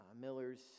Miller's